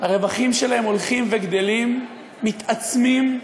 הרווחים שלהם הולכים וגדלים, מתעצמים,